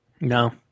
No